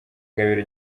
gabiro